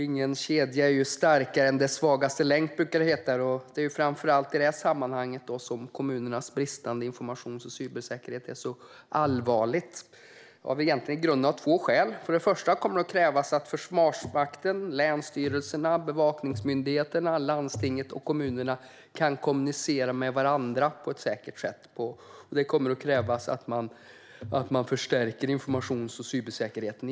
Ingen kedja är ju starkare än sin svagaste länk, brukar det heta, och det är framför allt i detta sammanhang som kommunernas bristande informations och cybersäkerhet är så allvarlig. I grunden har det två skäl. För det första kommer det att krävas att Försvarsmakten, länsstyrelserna, bevakningsmyndigheterna, landstinget och kommunerna kan kommunicera med varandra på ett säkert sätt. Det kommer att krävas att man förstärker informations och cybersäkerheten.